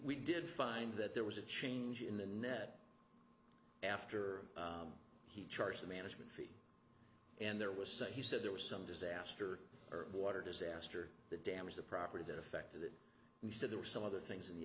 we did find that there was a change in the net after he charged a management fee and there was some he said there was some disaster or water disaster the damage to property that affected it he said there were some other things in the